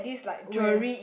where